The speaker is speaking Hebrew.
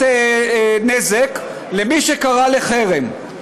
הוכחת נזק למי שקרא לחרם.